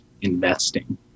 investing